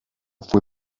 fue